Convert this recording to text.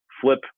flip